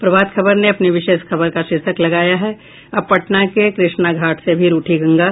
प्रभात खबर ने अपनी विशेष खबर का शीर्षक लगाया है अब पटना के कृष्णा घाट से भी रूठी गंगा